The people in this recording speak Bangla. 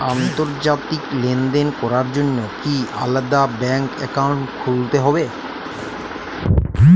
আন্তর্জাতিক লেনদেন করার জন্য কি আলাদা ব্যাংক অ্যাকাউন্ট খুলতে হবে?